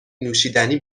نوشیدنی